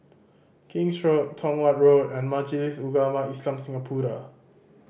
King's Road Tong Watt Road and Majlis Ugama Islam Singapura